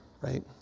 Right